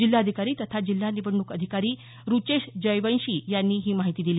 जिल्हाधिकारी तथा जिल्हा निवडणूक अधिकारी रूचेश जयवंशी यांनी ही माहिती दिली